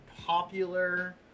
popular